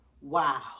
wow